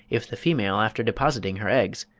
if the female, after depositing her eggs,